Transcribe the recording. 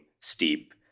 steep